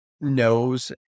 knows